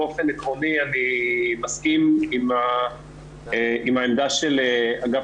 באופן עקרוני אני מסכים עם העמדה של אגף